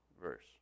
verse